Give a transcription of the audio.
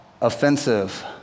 offensive